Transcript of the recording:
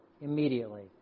immediately